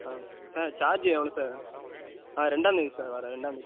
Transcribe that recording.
sir charge எவ்வளோ sir ரெண்டாந்தேதி sir வர்ற ரெண்டாந்தேதி